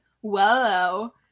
Whoa